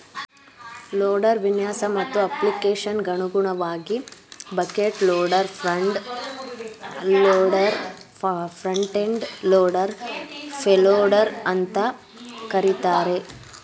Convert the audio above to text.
loader ವಿನ್ಯಾಸ ಮತ್ತು ಅಪ್ಲಿಕೇಶನ್ಗನುಗುಣವಾಗಿ bucket loader front loader front end loader payloader ಅಂತ ಕರೀತಾರೆ